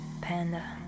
Panda